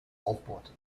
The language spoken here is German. aufbohrte